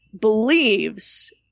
believes